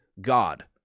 God